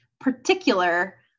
particular